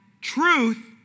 truth